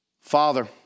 Father